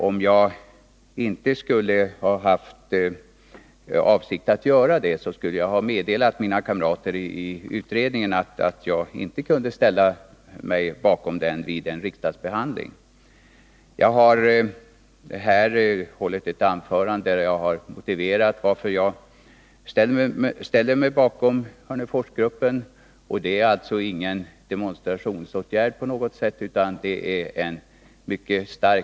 Om jag inte haft för avsikt att göra det skulle jag ha meddelat mina kamrater i utredningen att jag inte kunde ställa mig bakom den vid en riksdagsbehandling. Jag har fört diskussioner med företrädare för både socialdemokraterna och vpk. John Andersson minns säkert den informationsträff jag ordnade i detta ärende, där jag hade en föredragande som talade om vad förslaget innebar i alla detaljer.